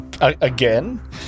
again